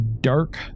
dark